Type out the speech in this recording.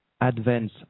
advance